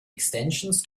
extensions